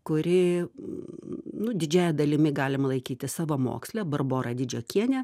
kuri nu didžiąja dalimi galima laikyti savamoksle barbora didžiokienė